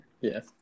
Yes